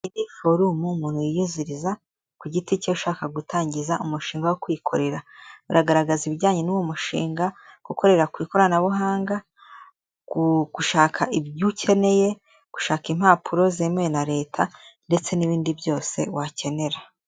Iyi ni forumu umuntu yiyuzuriza ku giti cye ashaka gutangiza umushinga wo kwikorera, baragaragaza ibijyanye n'uwo mushinga, gukorera ku ikoranabuhanga, gushaka ibyo ukeneye, gushaka impapuro zemewe na leta ndetse n'ibindi byose wakenera.